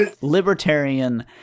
libertarian